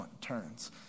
turns